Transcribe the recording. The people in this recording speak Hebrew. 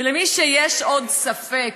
ומי שיש לו עוד ספק,